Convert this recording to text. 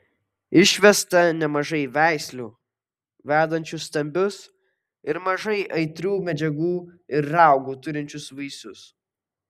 išvesta nemažai veislių vedančių stambius ir mažai aitrių medžiagų ir raugų turinčius vaisius